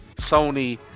Sony